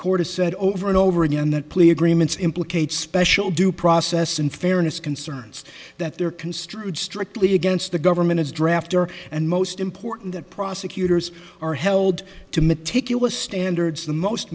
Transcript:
has said over and over again that plea agreements implicates special due process and fairness concerns that there construed strictly against the government as drafter and most important that prosecutors are held to meticulous standards the most